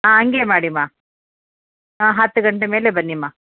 ಹಾಂ ಹಾಗೆ ಮಾಡಿಯಮ್ಮಾ ಹಾಂ ಹತ್ತು ಗಂಟೆ ಮೇಲೆ ಬನ್ನಿಯಮ್ಮ